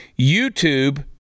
YouTube